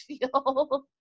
feel